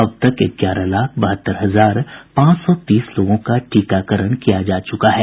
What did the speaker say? अब तक ग्यारह लाख बहत्तर हजार पांच सौ तीस लोगों का टीकाकरण किया जा चुका है